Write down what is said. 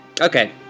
Okay